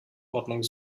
ordnung